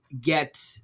get